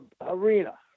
arena